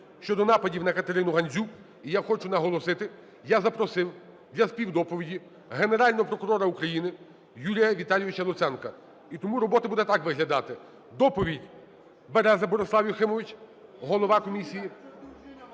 щодо нападів на КатеринуГандзюк. І я хочу наголосити, я запросив для співдоповіді Генерального прокурора України Юрія Віталійовича Луценка. І тому робота буде так виглядати: доповідь – Береза Борислав Юхимович, голова комісії,